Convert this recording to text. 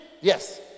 Yes